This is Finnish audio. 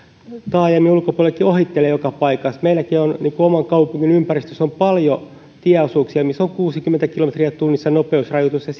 taajamien ulkopuolellakin ohittelemaan joka paikassa meilläkin on oman kaupungin ympäristössä paljon tieosuuksia missä on kuusikymmentä kilometriä tunnissa nopeusrajoitus ja